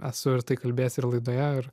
esu kalbėjęs ir laidoje ir